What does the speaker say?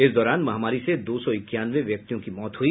इस दौरान महामारी से दो सौ इक्यानवे व्यक्तियों की मौत हुई